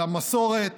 על המסורת